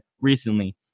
recently